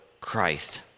Christ